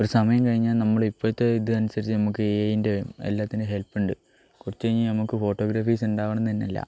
ഒരു സമയം കഴിഞ്ഞാൽ നമ്മൾ ഇപ്പോഴത്തെ ഇത് അനുസരിച്ചു നമുക്ക് എഐൻ്റെയും എല്ലാത്തിനും ഹെൽപ്പ് ഉണ്ട് കുറച്ചു കഴിഞ്ഞാൽ നമുക്ക് ഫോട്ടോഗ്രഫീസ് ഉണ്ടാവണം തന്നെ ഇല്ല